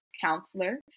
counselor